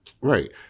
Right